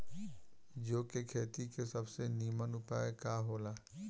जौ के खेती के सबसे नीमन उपाय का हो ला?